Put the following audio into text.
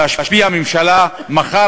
להשביע ממשלה מחר,